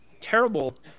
terrible